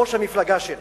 ראש המפלגה שלי